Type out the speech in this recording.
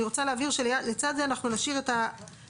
אני רוצה להבהיר שלצד זה אנחנו נשאיר את המילים